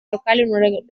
lokalen